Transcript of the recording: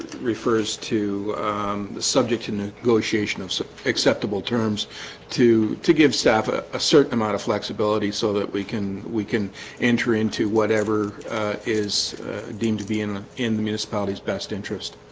refers to the subject in negotiation of acceptable terms to to give staff a ah certain amount of flexibility so that we can we can enter into whatever is deemed to be in in the municipalities best interest